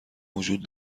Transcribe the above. وجود